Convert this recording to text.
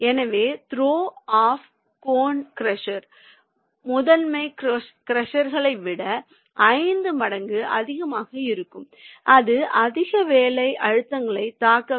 எனவே throw up cone crusher முதன்மை க்ரஷர்களை விட ஐந்து மடங்கு அதிகமாக இருக்கும் இது அதிக வேலை அழுத்தங்களை தாங்க வேண்டும்